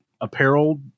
apparel